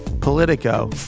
Politico